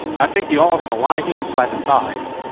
i think you all heard a lot of hands slapping thighs.